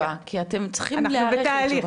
לא תיתנו תשובה, כי אתם צריכים להיערך לתשובה.